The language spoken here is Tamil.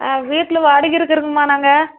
ஆ வீட்டில் வாடகைக்கு இருக்கிறதும்மா நாங்கள்